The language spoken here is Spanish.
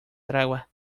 tregua